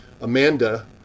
Amanda